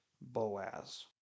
Boaz